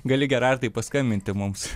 gali gerardai paskambinti mums